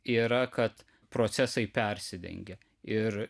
yra kad procesai persidengia ir